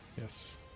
yes